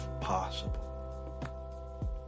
possible